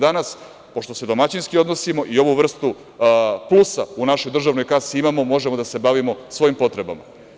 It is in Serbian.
Danas, pošto se domaćinski odnosimo i ovu vrstu plusa u našoj državnoj kasi imamo, možemo da se bavimo svojim potrebama.